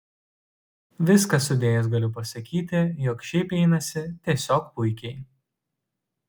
viską sudėjus galiu pasakyti jog šiaip einasi tiesiog puikiai